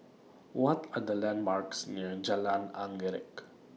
What Are The landmarks near Jalan Anggerek